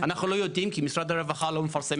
אנחנו לא יודעים כי משרד הרווחה לא מפרסם